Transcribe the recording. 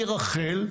מרח"ל,